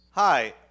Hi